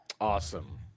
Awesome